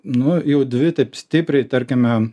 nu jau dvi taip stipriai tarkime